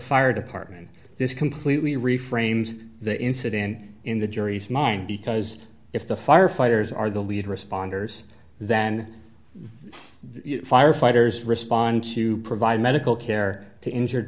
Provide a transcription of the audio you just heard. fire department this completely reframed the incident in the jury's mind because if the firefighters are the lead responders then the firefighters respond to provide medical care to injured